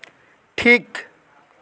ᱴᱷᱤᱠ